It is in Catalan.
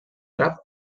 àrab